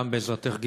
גם בעזרתך,